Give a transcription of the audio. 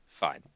fine